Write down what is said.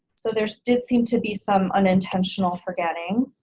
so there did seem to be some unintentional forgetting